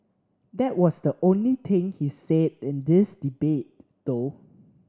that was the only thing he's said in this debate though